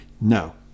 No